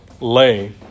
lay